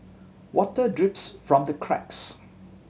water drips from the cracks